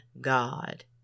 God